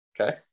Okay